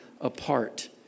apart